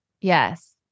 Yes